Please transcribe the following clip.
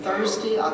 Thursday